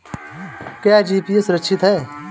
क्या जी.पी.ए सुरक्षित है?